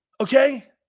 Okay